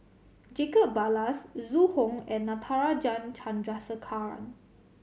Jacob Ballas Zhu Hong and Natarajan Chandrasekaran